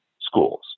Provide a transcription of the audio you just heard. schools